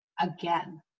again